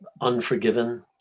Unforgiven